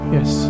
Yes